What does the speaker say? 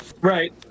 Right